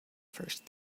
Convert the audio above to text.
first